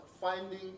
Finding